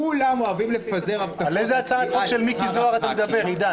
כולם אוהבים לפזר הבטחות על שכר חברי הכנסת.